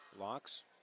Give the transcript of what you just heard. Locks